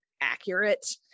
accurate